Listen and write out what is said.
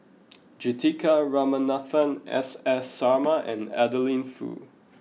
Juthika Ramanathan S S Sarma and Adeline Foo